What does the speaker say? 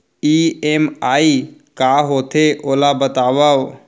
EMI का होथे, ओला बतावव